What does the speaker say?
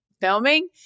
filming